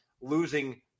losing